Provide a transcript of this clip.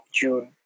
June